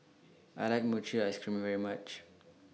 I like Mochi Ice Cream very much